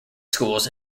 schools